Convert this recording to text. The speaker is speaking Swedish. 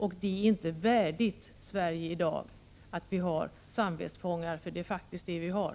Det är inte värdigt Sverige i dag att ha samvetsfångar. Det är faktiskt det vi har.